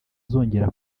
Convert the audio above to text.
uzongera